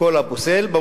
כל הפוסל.